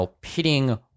pitting